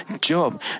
Job